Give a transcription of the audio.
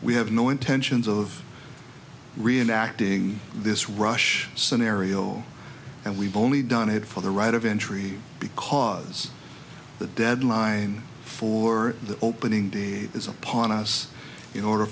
we have no intentions of reenacting this rush scenario and we've only done it for the right of entry because the deadline for the opening day is upon us in order